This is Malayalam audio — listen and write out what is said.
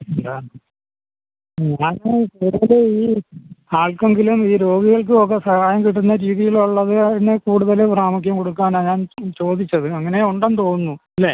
എന്താ ഞാൻ എടുക്കണത് ഈ ആർക്കെങ്കിലും ഈ രോഗികൾക്കും ഒക്കെ സഹായം കിട്ടുന്ന രീതീലുള്ളത് തന്നെ കൂടുതൽ പ്രാമുഖ്യം കൊടുക്കാനാണ് ഞാൻ ചോദിച്ചത് അങ്ങനെ ഉണ്ടെന്ന് തോന്നുന്നു അല്ലേ